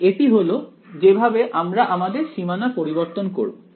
তাই এটি হলো যেভাবে আমরা আমাদের সীমানা পরিবর্তন করব